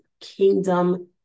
kingdom